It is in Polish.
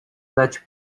dać